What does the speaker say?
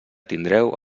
tindreu